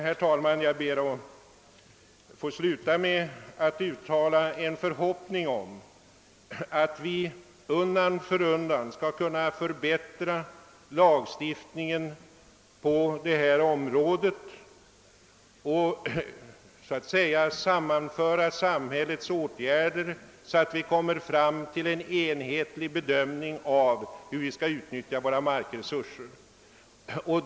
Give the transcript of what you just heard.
Herr talman, jag ber att få uttala en förhoppning om att vi undan för undan skall kunna förbättra lagstiftningen på detta område och samordna samhällets åtgärder, så att vi kommer fram till en enhetlig bedömning av hur vi skall utnyttja våra markresurser.